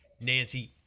Nancy